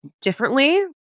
differently